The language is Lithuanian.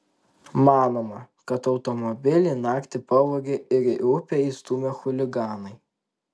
manoma kad automobilį naktį pavogė ir į upę įstūmė chuliganai